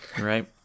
Right